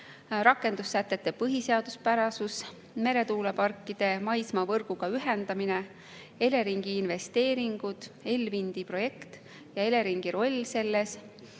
rakendussätete põhiseaduspärasus; meretuuleparkide maismaavõrguga ühendamine; Eleringi investeeringud, ELWIND-i projekt ja Eleringi roll selles;